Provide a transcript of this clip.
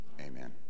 Amen